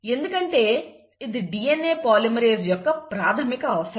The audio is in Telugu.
ఎందుకంటే ఇది DNA పాలిమరేస్ యొక్క ప్రాథమిక అవసరం